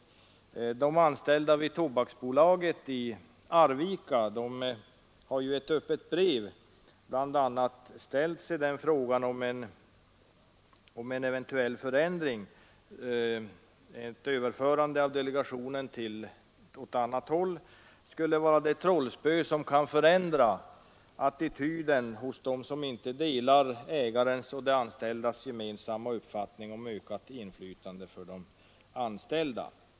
De anställda vid Tobaksbolaget i Arvika har i ett öppet brev ställt sig frågan om ett överförande av delegationen på något annat organ skulle vara det trollspö som skulle kunna förändra attityden hos dem som inte delar ägarens och de anställdas gemensamma uppfattning om ökat inflytande för de anställda.